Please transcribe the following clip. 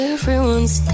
Everyone's